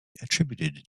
attributed